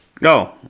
No